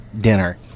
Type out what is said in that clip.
dinner